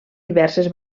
diverses